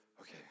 okay